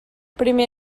primer